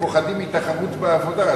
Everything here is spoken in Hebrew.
ופוחדים מתחרות בעבודה,